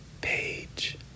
Page